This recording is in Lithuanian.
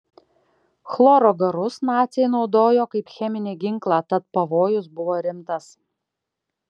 chloro garus naciai naudojo kaip cheminį ginklą tad pavojus buvo rimtas